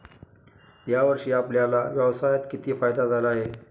या वर्षी आपल्याला व्यवसायात किती फायदा झाला आहे?